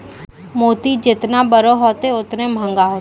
मोती जेतना बड़ो होतै, ओतने मंहगा होतै